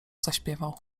zaśpiewał